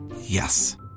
yes